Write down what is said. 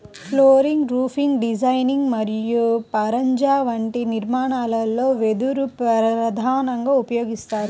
flooring, roofing designing మరియు పరంజా వంటి నిర్మాణాలలో వెదురు ప్రధానంగా ఉపయోగిస్తారు